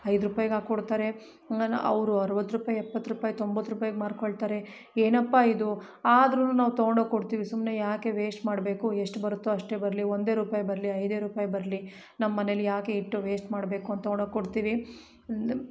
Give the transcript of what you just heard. ಐದು ರುಪಾಯಿಗೆ ಹಾಕ್ಕೊಡ್ತಾರೆ ಅನ ಅವರು ಅರವತ್ತು ರೂಪಾಯಿ ಎಪ್ಪತ್ತು ರೂಪಾಯಿ ತೊಂಬತ್ತು ರುಪಾಯಿಗೆ ಮಾರ್ಕೊಳ್ತಾರೆ ಏನಪ್ಪಾ ಇದು ಆದ್ರು ನಾವು ತಗೊಂಡೋಗಿ ಕೊಡ್ತೀವಿ ಸುಮ್ಮನೆ ಯಾಕೆ ವೇಸ್ಟ್ ಮಾಡಬೇಕು ಎಷ್ಟು ಬರುತ್ತೋ ಅಷ್ಟೇ ಬರಲಿ ಒಂದು ರೂಪಾಯಿ ಬರಲಿ ಐದು ರೂಪಾಯಿ ಬರಲಿ ನಮ್ಮಮನೇಲಿ ಯಾಕೆ ಇಟ್ಟು ವೇಸ್ಟ್ ಮಾಡಬೇಕು ಅಂತ ತಗೊಂಡೋಗಿ ಕೊಡ್ತೀವಿ